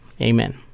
Amen